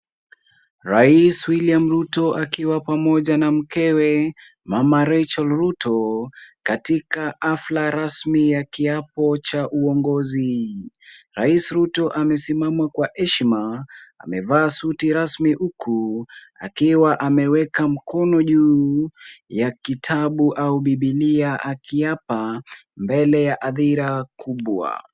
Rais William Ruto akiwa pamoja na mkewe, Mama Rachel Ruto, katika hafla rasmi ya kiapo cha uongozi. Rais Ruto amesimama kwa heshima, amevaa suti rasmi huku, akiwa ameweka mkono juu ya kitabu au Biblia akiapa mbele ya hadhira kubwa.